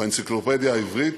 באנציקלופדיה העברית.